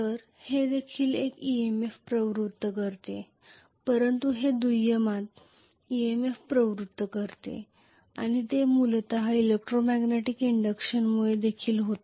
तर हे देखील एक EMF प्रवृत्त करते परंतु हे दुय्यमात EMF प्रवृत्त करते आणि ते मूलत इलेक्ट्रोमॅग्नेटिक इंडक्शनमुळे देखील होते